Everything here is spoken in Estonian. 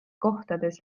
kohtades